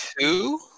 Two